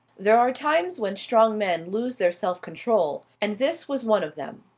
there are times when strong men lose their self-control, and this was one of them.